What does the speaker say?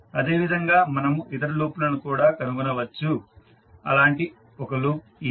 అదేవిధంగా మనము ఇతర లూప్ లను కూడా కనుగొనవచ్చు అలాంటి ఒక లూప్ ఇది